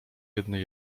jednej